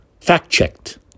Fact-checked